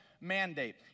mandate